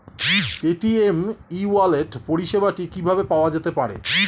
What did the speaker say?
Paytm e wallet পরিষেবাটি কিভাবে পাওয়া যেতে পারে?